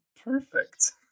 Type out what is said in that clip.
perfect